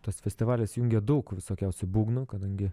tas festivalis jungia daug visokiausių būgnų kadangi